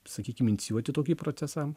sakykim inicijuoti tokį procesą